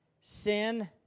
Sin